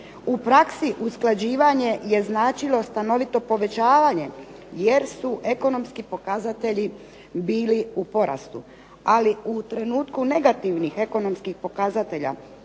U praksi usklađivanje je značilo stanovito povećavanje jer su ekonomski pokazatelji bili u porastu, ali u trenutku negativnih ekonomskih pokazatelja